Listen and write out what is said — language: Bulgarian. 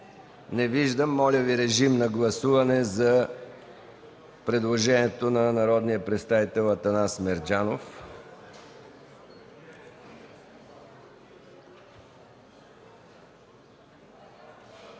Не виждам. Моля, режим на гласуване за предложението на народния представител Атанас Мерджанов.